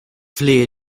flehe